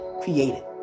created